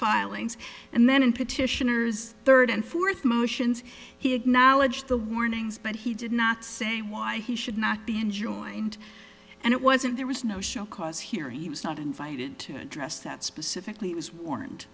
filings and then in petitioners third and fourth motions he acknowledged the warnings but he did not say why he should not be enjoined and it wasn't there was no show cause hearing he was not invited to address that specifically was warned